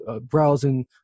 browsing